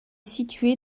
situé